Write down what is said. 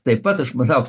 taip pat aš manau